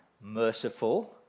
merciful